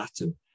atom